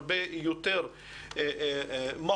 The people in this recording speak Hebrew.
הרבה יותר מהותי,